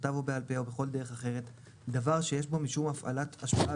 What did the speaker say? בכתב או בעל פה או בכל דרך אחרת דבר שיש בו משום הפעלת השפעה